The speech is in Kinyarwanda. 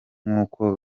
nkuko